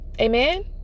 Amen